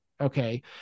okay